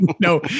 No